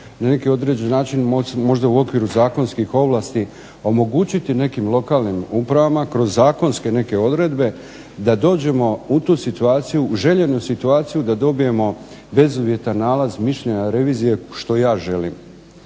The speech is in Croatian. na neki određeni način možda u okviru zakonskih ovlasti omogućiti nekim lokalnim upravama kroz zakonske neke odredbe da dođemo u tu situaciju, željenu situaciju da dobijemo bezuvjetan nalaz mišljenja revizije što ja želim